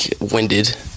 winded